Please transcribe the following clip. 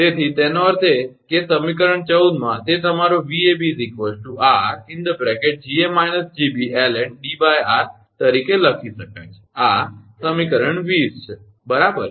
તેથી તેનો અર્થ એ કે સમીકરણ 14 માં તે તમારો 𝑉𝑎𝑏 𝑟𝐺𝑎−𝐺𝑏ln𝐷𝑟 તરીકે લખી શકાય છે આ સમીકરણ 20 છે બરાબર